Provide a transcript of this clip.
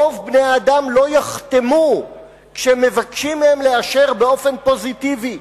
רוב בני-האדם לא יחתמו כשמבקשים מהם לאשר באופן פוזיטיבי.